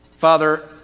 Father